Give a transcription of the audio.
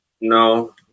No